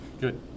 Good